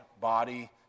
body